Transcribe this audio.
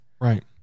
Right